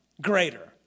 greater